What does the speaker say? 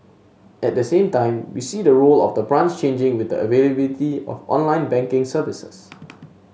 at the same time we see the role of the branch changing with the availability of online banking services